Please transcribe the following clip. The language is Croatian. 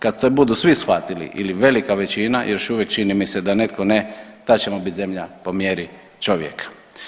Kad to budu svi shvatili ili velika većina još uvijek čini mi se da netko ne, ta će mu bit zemlja po mjeri čovjeka.